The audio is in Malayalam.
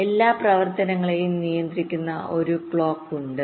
എല്ലാ പ്രവർത്തനങ്ങളെയും നിയന്ത്രിക്കുന്ന ഒരു ക്ലോക്ക് ഉണ്ട്